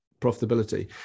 profitability